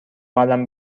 قلم